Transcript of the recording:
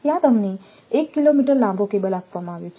ત્યાં તમને 1 કિલોમીટર લાંબો કેબલ આપવામાં આવ્યો છે